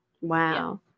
Wow